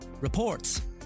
reports